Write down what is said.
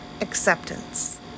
Acceptance